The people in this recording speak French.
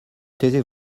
taisez